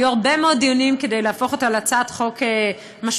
היו הרבה מאוד דיונים כדי להפוך אותה להצעת חוק משמעותית,